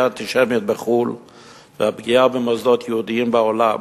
אנטישמיות בחו"ל ופגיעה במוסדות יהודיים בעולם,